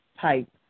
type